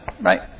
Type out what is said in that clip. right